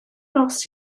nos